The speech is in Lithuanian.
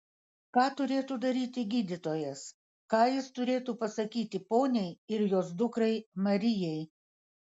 ką turėtų daryti gydytojas ką jis turėtų pasakyti poniai ir jos dukrai marijai